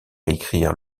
écrire